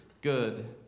good